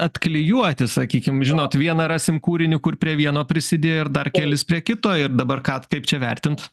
atklijuoti sakykim žinot vieną rasim kūrinį kur prie vieno prisidėjo ir dar kelis prie kito ir dabar ką kaip čia vertint